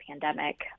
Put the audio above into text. pandemic